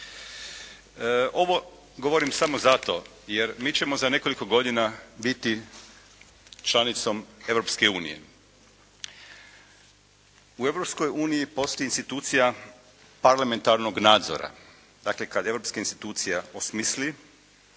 Ovo govorim samo zato jer mi ćemo za nekoliko godina biti članicom Europske unije. U Europskoj uniji postoji institucija Parlamentarnog nadzora. Dakle kad europska